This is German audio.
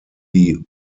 die